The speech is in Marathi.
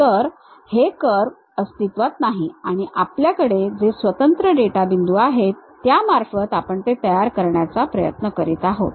तर कर्व हे अस्तित्वात नाही आणि आपल्याकडे जे स्वतंत्र डेटा बिंदू आहेत त्यामार्फत आपण ते तयार करण्याचा प्रयत्न करीत आहोत